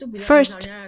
First